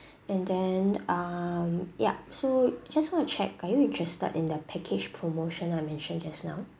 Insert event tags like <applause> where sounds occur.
<breath> and then um yup so just want to check are you interested in the package promotion I mentioned just now